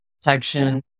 protection